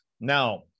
Now